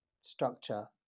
structure